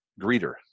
greeter